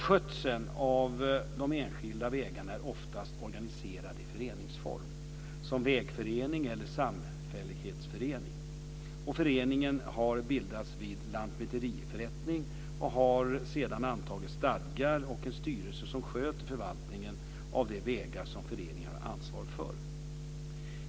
Skötseln av de enskilda vägarna är oftast organiserad i föreningsform, som vägförening eller samfällighetsförening. Föreningen har bildats vid lantmäteriförrättning och har sedan antagit stadgar och en styrelse som sköter förvaltningen av de vägar som föreningen har ansvar för.